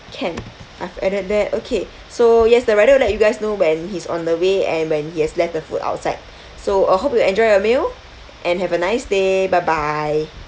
can I've added that okay so yes the rider will let you guys know when he's on the way and when he has left the food outside so I hope you enjoy your meal and have a nice day bye bye